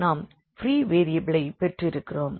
நாம் free variable பெற்றிருக்கிறோம்